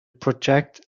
project